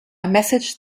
messaged